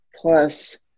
plus